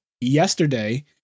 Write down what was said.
yesterday